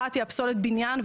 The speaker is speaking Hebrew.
אחת פסולת בניין.